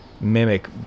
mimic